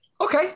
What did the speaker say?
okay